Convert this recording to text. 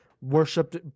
worshipped